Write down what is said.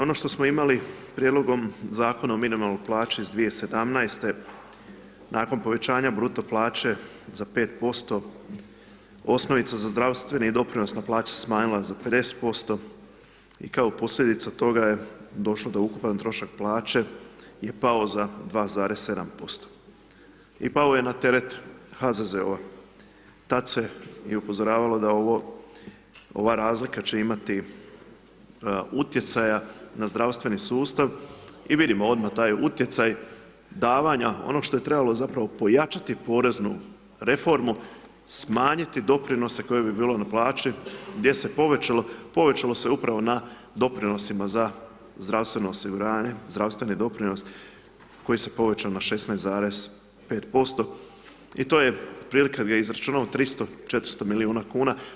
Ono što smo imali prijedlogom Zakona o minimalnoj plaći iz 2017.-te nakon povećanja bruto plaće za 5%, osnovica za zdravstveni i doprinos na plaće smanjila za 50% i kao posljedica toga je došlo da ukupan trošak plaće je pao za 2,7% i pao je na teret HZZO-a, tad se i upozoravalo da ova razlika će imati utjecaja na zdravstveni sustav i vidimo odmah taj utjecaj davanja, ono što je trebalo zapravo pojačati poreznu reformu, smanjiti doprinose koji bi bili na plaći, gdje se povećalo, povećalo se upravo na doprinosima za zdravstveno osiguranje, zdravstveni doprinos koji se povećao na 16,5% i to je otprilike, kad bi izračunao, 300, 400 milijuna kuna.